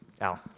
Al